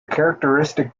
characteristic